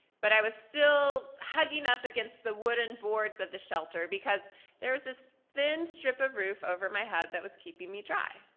but i was still hugging up against the wooden boards of the shelter, because there was this thin strip of roof over my head that was keeping me dry.